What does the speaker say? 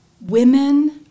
women